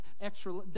extra